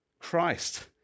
Christ